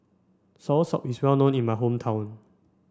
Soursop is well known in my hometown